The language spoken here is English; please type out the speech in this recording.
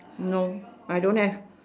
no I don't have